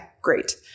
great